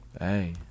Hey